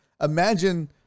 Imagine